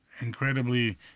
incredibly